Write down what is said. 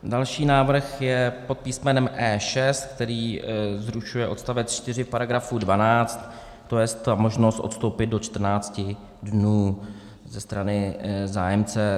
Další návrh je pod písmenem E6, který zrušuje odstavec 4 § 12, tj. možnost odstoupit do 14 dnů ze strany zájemce.